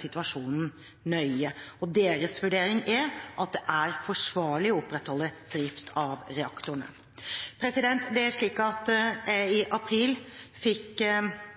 situasjonen nøye. Deres vurdering er at det er forsvarlig å opprettholde drift av reaktorene. I april fikk jeg overlevert to kvalitetssikringsrapporter som omhandler avfallshåndtering og stenging og riving av atomreaktorene. Det er